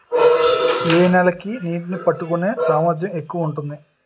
ఏ నేల కి నీటినీ పట్టుకునే సామర్థ్యం ఎక్కువ ఉంటుంది?